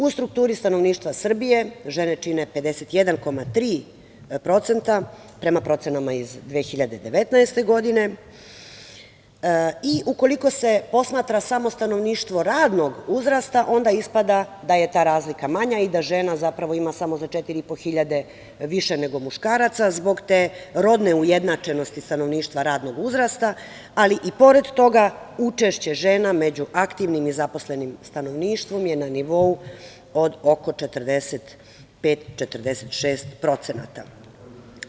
U strukturi stanovništva Srbije žene čine 51,3%, prema procenama iz 2019. godine, i ukoliko se posmatra samo stanovništvo radnog uzrasta, onda ispada da je ta razlika manja i da žena zapravo ima samo za 4.500 više nego muškaraca, zbog te rodne ujednačenosti stanovništva radnog uzrasta, ali i pored toga učešće žena među aktivnim zaposlenim stanovništvom je na nivou od oko 45-46%